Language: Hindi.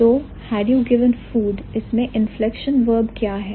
तो had you given food इसमें inflection verb क्या है